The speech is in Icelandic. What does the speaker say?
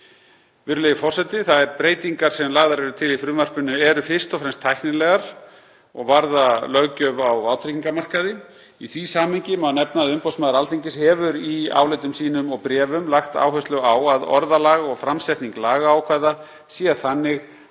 Virðulegi forseti. Þær breytingar sem lagðar eru til í frumvarpinu eru fyrst og fremst tæknilegar og varða löggjöf á vátryggingamarkaði. Í því samhengi má nefna að umboðsmaður Alþingis hefur í álitum sínum og bréfum lagt áherslu á að orðalag og framsetning lagaákvæða sé þannig